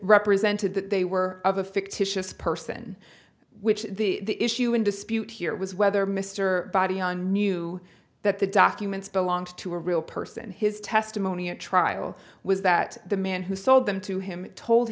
represented that they were of a fictitious person which the issue in dispute here was whether mr body on knew that the documents belonged to a real person and his testimony at trial was that the man who sold them to him told